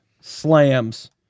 slams